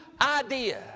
idea